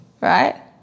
right